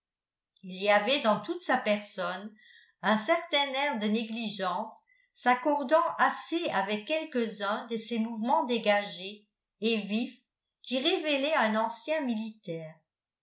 il y avait dans toute sa personne un certain air de négligence s'accordant assez avec quelques-uns de ses mouvements dégagés et vifs qui révélaient un ancien militaire